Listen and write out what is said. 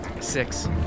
Six